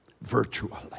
virtually